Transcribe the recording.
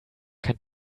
kein